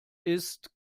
ist